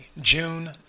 June